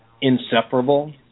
inseparable